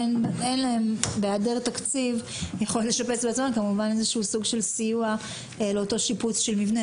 שבהיעדר תקציב הם נדרשים לסיוע בשיפוץ המבנים.